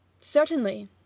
Certainly